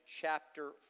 chapter